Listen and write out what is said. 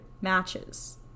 matches